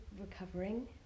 recovering